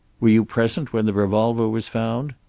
were you present when the revolver was found?